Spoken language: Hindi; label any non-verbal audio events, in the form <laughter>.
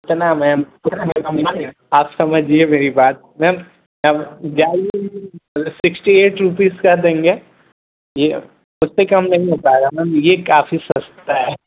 <unintelligible> मैम आप समझिए मेरी बात मैम <unintelligible> सिक्स्टी ऐट रूपीस का देंगे यह फिफ्टी का हम नहीं हो पाएगा मैम यह काफी सस्ता है